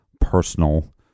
personal